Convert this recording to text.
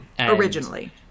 Originally